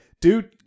dude